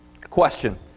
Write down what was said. question